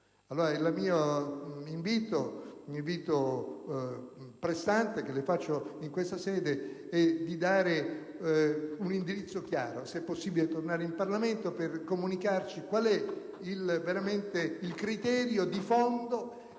parte, tiene tanto. L'invito pressante che le faccio in questa sede è di esprimere un indirizzo chiaro, se possibile tornando in Parlamento per comunicarci qual è veramente il criterio di fondo con